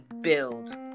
build